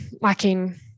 lacking